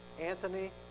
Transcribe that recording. Anthony